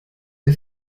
der